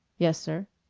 yes, sir.